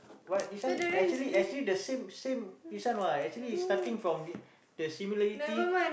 what this one actually actually the same same this one what actually starting from the the similarity